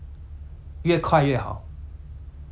但是我要 liao 解那个过程为什么我要跑